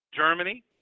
Germany